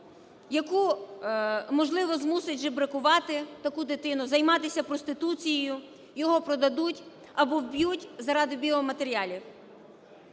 яку, можливо, змусить жебракувати таку дитину, займатися проституцією, його придадуть або вб'ють заради біоматеріалів.